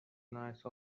nice